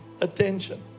attention